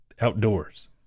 outdoors